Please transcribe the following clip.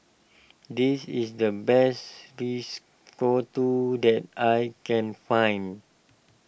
this is the best Risotto that I can find